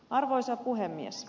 arvoisa puhemies